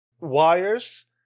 Wires